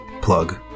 plug